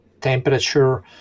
temperature